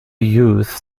youth